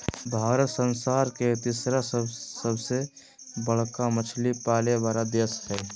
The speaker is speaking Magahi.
भारत संसार के तिसरा सबसे बडका मछली पाले वाला देश हइ